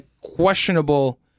questionable